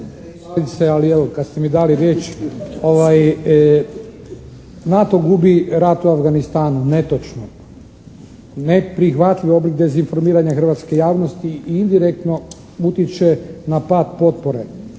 kad ste mi dali riječ NATO gubi rat u Afganistanu. Netočno. Neprihvatljiv oblik dezinformiranja hrvatske javnosti i indirektno utiče na pad potpore